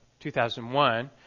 2001